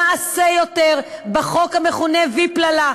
נעשה יותר בחוק המכונה ופלל"א.